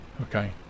Okay